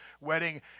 wedding